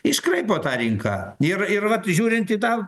iškraipo tą rinką ir ir vat žiūrint į tą